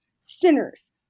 sinners